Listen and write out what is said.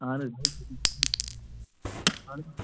اہن حظ